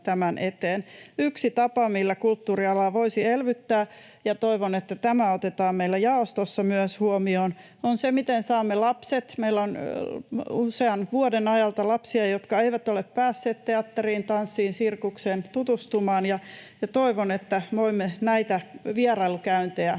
Yksi tapa, millä kulttuurialaa voisi elvyttää — ja toivon, että tämä otetaan meillä jaostossa myös huomioon — on se, miten saamme lapset mukaan. Meillä on usean vuoden ajalta lapsia, jotka eivät ole päässeet teatteriin, tanssiin tai sirkukseen tutustumaan, ja toivon, että voimme näitä vierailukäyntejä